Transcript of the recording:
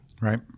Right